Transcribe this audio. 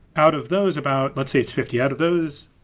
out of those about let's say, fifty out of those,